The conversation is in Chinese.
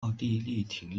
奥地利